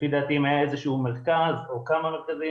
לפי דעתי אם היה איזה שהוא מרכז או כמה מרכזים